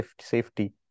safety